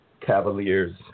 Cavaliers